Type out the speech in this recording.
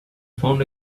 found